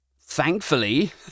thankfully